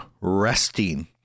resting